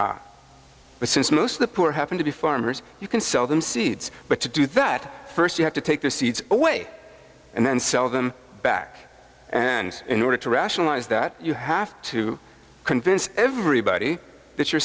but since most of the poor happen to be farmers you can sell them seeds but to do that first you have to take their seats away and then sell them back in order to rationalize that you have to convince everybody that you're